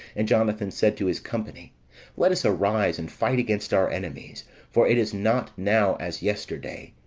and jonathan said to his company let us arise, and fight against our enemies for it is not now as yesterday,